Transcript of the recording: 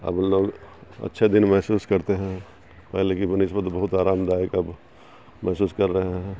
اب لوگ اچھے دن محسوس کرتے ہیں پہلے کی بہ نسبت بہت آرام دایک اب محسوس کر رہے ہیں